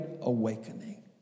awakening